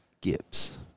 Gibbs